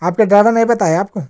آپ کا ڈرائیور نہیں بتایا آپ کو